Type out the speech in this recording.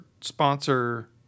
sponsor